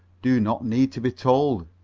do not need to be told.